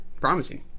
Promising